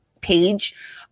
page